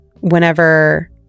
whenever